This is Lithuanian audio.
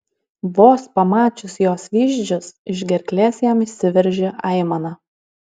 vos pamačius jos vyzdžius iš gerklės jam išsiveržė aimana